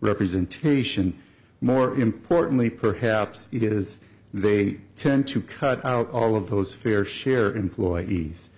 representation more importantly perhaps it is they tend to cut out all of those fair share employees